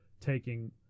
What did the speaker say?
taking